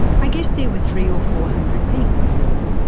i guess there were three or four hundred people in all,